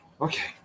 Okay